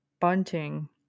Bunting